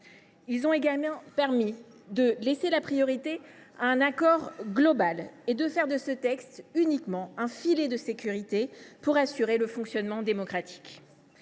a également permis de laisser la priorité à un accord global, en ne faisant de ce texte qu’un filet de sécurité pour assurer le fonctionnement démocratique.